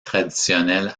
traditionnelle